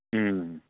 ꯎꯝ